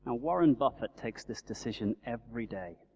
ah warren buffett takes this decision every day,